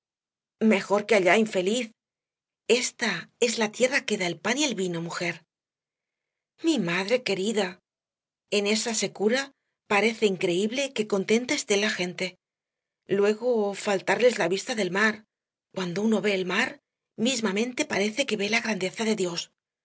mejor que allá infeliz esta es la tierra que da el pan y el vino mujer mi madre querida en esa secura parece increíble que contenta esté la gente luego faltarles la vista del mar cuando uno ve el mar mismamente parece que ve la grandeza de dios